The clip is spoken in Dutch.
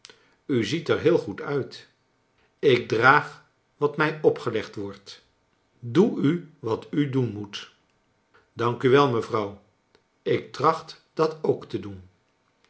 u ziet er heel goed uit ik draag wat mij opgelegd wordt doe u wat u doen moet dank u wel mevrouw ik tracht dat ook te doen